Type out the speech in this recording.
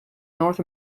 north